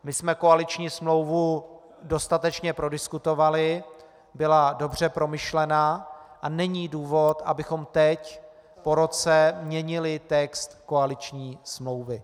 My jsme koaliční smlouvu dostatečně prodiskutovali, byla dobře promyšlena a není důvod, abychom teď, po roce, měnili text koaliční smlouvy.